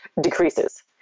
decreases